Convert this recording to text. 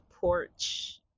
porch